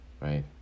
right